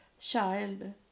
child